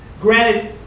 Granted